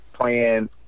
playing